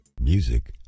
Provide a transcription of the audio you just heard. Music